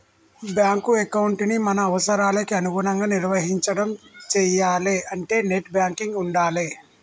bank ఎకౌంటుని మన అవసరాలకి అనుగుణంగా నిర్వహించడం చెయ్యాలే అంటే నెట్ బ్యాంకింగ్ ఉండాలే